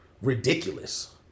ridiculous